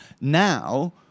Now